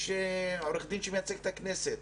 יש עורך דין שמייצג את הכנסת.